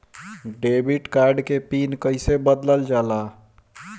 Debit card के pin कईसे बदलल जाला?